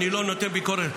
אני לא נותן ביקורת,